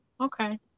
Okay